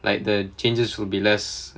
like the changes will be less